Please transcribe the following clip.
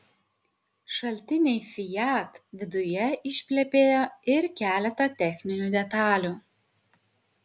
šaltiniai fiat viduje išplepėjo ir keletą techninių detalių